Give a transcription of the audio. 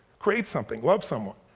create something, love someone.